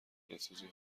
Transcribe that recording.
دلسوزی